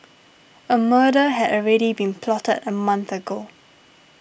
a murder had already been plotted a month ago